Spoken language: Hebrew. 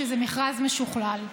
שזה מכרז משוכלל.